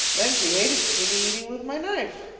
then she hated to see me eating with my knife.